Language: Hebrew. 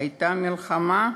הייתה מלחמה,